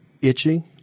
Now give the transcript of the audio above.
itching